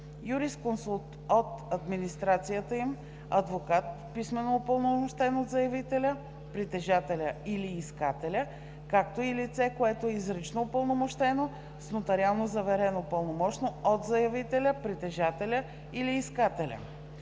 юрисконсулт от администрацията им, адвокат, писмено упълномощен от заявителя, притежателя или искателя, както и лице, което е изрично упълномощено с нотариално заверено пълномощно от заявителя, притежателя или искателя.